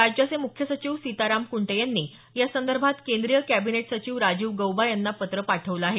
राज्याचे मुख्य सचिव सीताराम कुंटे यांनी यासंदर्भात केंद्रीय कॅबिनेट सचिव राजीव गौबा यांना पत्र पाठवलं आहे